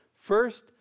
First